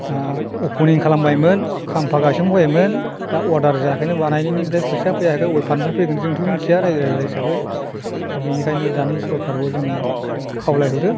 दा अपेनिं खालामबायमोन खाम्फा गायसबायमोन दा अर्डार जायाखैनो बानायनायनि ओमफ्राय फैसा फैयाखै अबे फान्डनिफ्राय फैगोन जोंथ' मिथिया रायजो राजा हिसाबै दा बिनिखायनो दानि सरखारखौ जों खावलायहरो